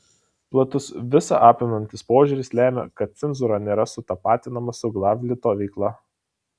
platus visa apimantis požiūris lemia kad cenzūra nėra sutapatinama su glavlito veikla